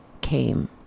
came